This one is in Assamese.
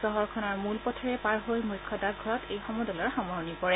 চহৰখনৰ মূল পথেৰে পাৰ হৈ মুখ্য ডাকঘৰত এই সমদলৰ সামৰণি পৰে